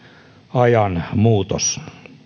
ajan muutos